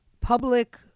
public